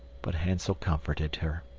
but hansel comforted her.